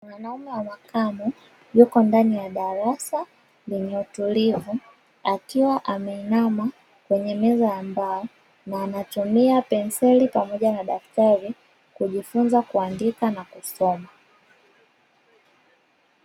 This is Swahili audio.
Mwanaume wa makamo yuko ndan ya darasa lenye utulivu, akiwa ameinama kwenye meza ya mbao na anatumia penseli na daftari kujifunza kuandika na kusoma.